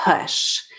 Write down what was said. push